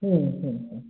হুম হুম হুম